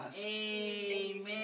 Amen